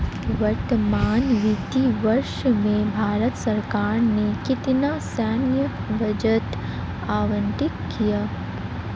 वर्तमान वित्तीय वर्ष में भारत सरकार ने कितना सैन्य बजट आवंटित किया?